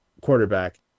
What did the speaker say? quarterback